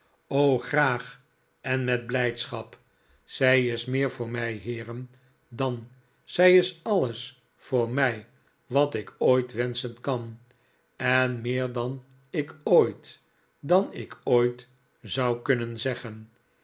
graag en met blijdschap zij is meer voor mij heeren dan zij is alles voor mij wat ik ooit wenschen kan en meer dan ik ooit dan ik ooit zou kunnen zeggen